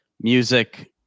music